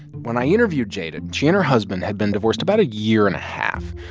when i interviewed jada, she and her husband had been divorced about a year and a half.